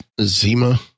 Zima